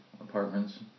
apartments